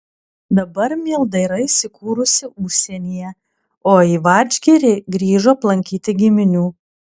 dabar milda yra įsikūrusi užsienyje o į vadžgirį grįžo aplankyti giminių